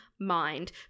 mind